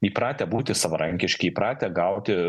įpratę būti savarankiški įpratę gauti